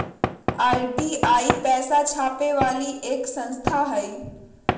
RBI पैसा छापे वाली एक संस्था हई